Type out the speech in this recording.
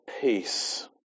peace